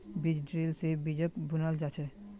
बीज ड्रिल से बीजक बुनाल जा छे